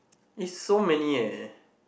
it's so many eh